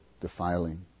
defiling